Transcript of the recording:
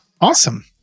Awesome